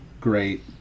great